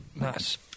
Nice